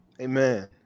Amen